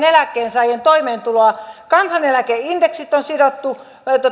eläkkeensaajien toimeentuloa kansaneläkeindeksit